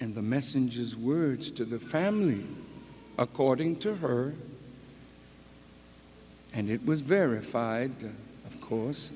and the messengers words to the family according to her and it was verified